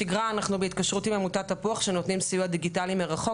בשגרה אנחנו בהתקשרות עם עמותת תפוח שנותנים סיוע דיגיטלי מרחוק,